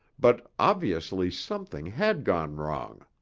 but obviously something had gone wrong.